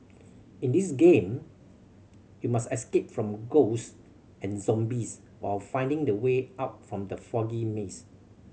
in this game you must escape from ghosts and zombies while finding the way out from the foggy maze